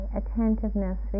attentiveness